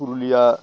Purulia